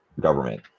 government